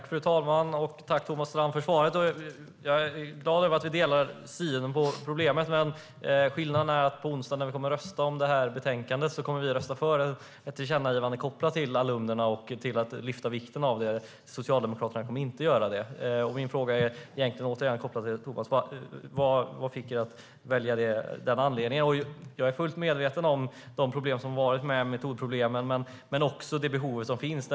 Fru talman! Tack, Thomas Strand, för svaret! Jag är glad att vi delar synen på problemet. Skillnaden är att på onsdag när vi röstar om det här betänkandet kommer vi att rösta för ett tillkännagivande kopplat till att lyfta fram vikten av alumnerna. Socialdemokraterna kommer inte att göra det. Min fråga är återigen vad som fick er att välja det, vad anledningen var. Jag är fullt medveten om de problem som har funnits med metodproblemen men också om det behov som finns.